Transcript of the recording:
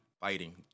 fighting